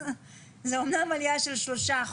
זה אמנם עלייה של 3%,